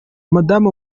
madame